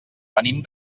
venim